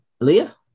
Leah